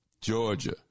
Georgia